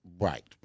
Right